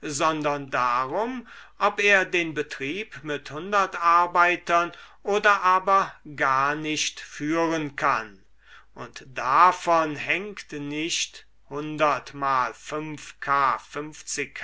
sondern darum ob er den betrieb mit arbeitern oder aber gar nicht führen kann und davon hängt nicht k